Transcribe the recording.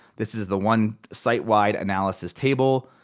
this is the one site wide analysis table.